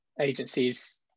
agencies